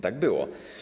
Tak było.